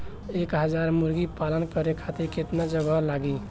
एक हज़ार मुर्गी पालन करे खातिर केतना जगह लागी?